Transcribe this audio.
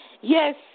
Yes